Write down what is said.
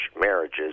marriages